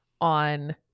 on